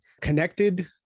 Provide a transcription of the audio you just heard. connected